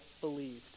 believed